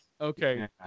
okay